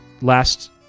last